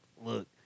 Look